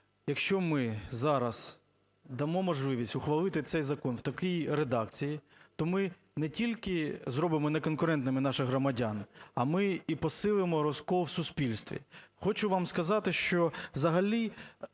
якщо ми зараз дамо можливість ухвалити цей закон в такій редакції, то ми не тільки зробимо неконкурентними наших громадян, а ми і посилимо розкол в суспільстві. Хочу вам сказати, що взагалі